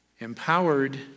empowered